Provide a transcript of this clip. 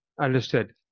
Understood